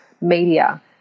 media